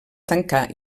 tancar